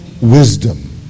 wisdom